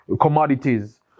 commodities